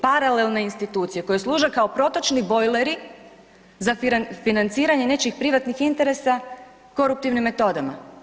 Paralelne institucije koje služe kao protočni bojleri za financiranje nečijih privatnih interesa koruptivnim metodama.